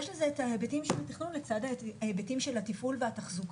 יש לזה היבטים של תכנון לצד ההיבטים של התפעול והתחזוקה,